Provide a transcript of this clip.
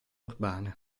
urbana